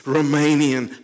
Romanian